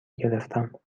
گرفتم